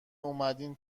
اومدین